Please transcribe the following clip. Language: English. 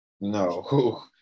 No